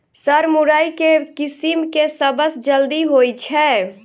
Sir मुरई केँ किसिम केँ सबसँ जल्दी होइ छै?